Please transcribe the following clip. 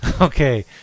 Okay